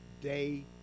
day